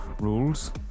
rules